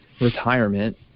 retirement